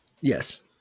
Yes